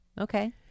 Okay